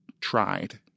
tried